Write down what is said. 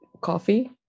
coffee